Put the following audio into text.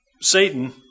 Satan